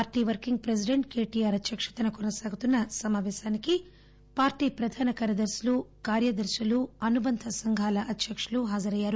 party working president KTR అధ్యక్షతన కొనసాగుతున్న ఈ సమాపేశానికి పార్టీ ప్రధాన కార్యదర్శులు కార్యదర్శులు అనుబంధ సంఘాల అధ్యకులు హాజరయ్యారు